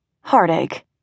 heartache